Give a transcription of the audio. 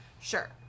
sure